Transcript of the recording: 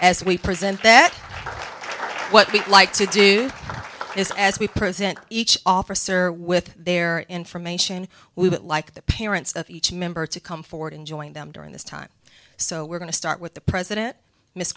as we present that what we like to do is as we present each officer with their information we would like the parents of each member to come forward and join them during this time so we're going to start with the president miss